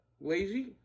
Lazy